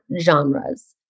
genres